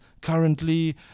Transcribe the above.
currently